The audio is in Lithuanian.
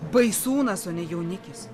baisūnas o ne jaunikis